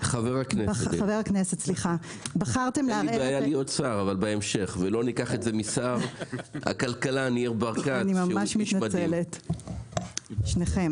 במקום